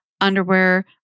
underwear